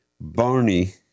Barney